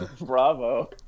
Bravo